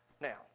Now